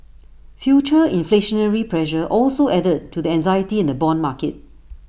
future inflationary pressure also added to the anxiety in the Bond market